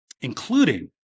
Including